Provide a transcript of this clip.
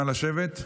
נא לשבת.